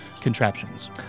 contraptions